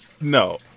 No